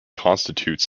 constitutes